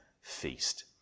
feast